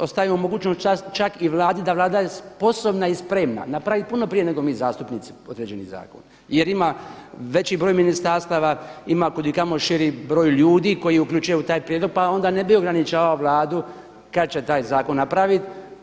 ostavimo mogućnost čak i Vladi da Vlada je sposobna i spremna napraviti puno prije nego mi zastupnici određeni zakon jer ima veći broj ministarstava, ima kudikamo širi broj ljudi koje uključuje u taj prijedlog pa onda ne bi ograničavali Vladu kada će taj zakon napraviti.